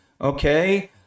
okay